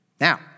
Now